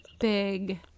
big